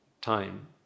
time